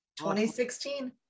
2016